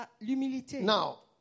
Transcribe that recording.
Now